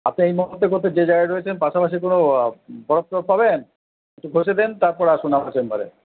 আপনি এই মুহুর্তে কোথায় যে জায়গায় রয়েছেন পাশাপাশি কোনো বরফ টরফ পাবেন একটু ঘসে দেন তারপর আসুন আমার চেম্বারে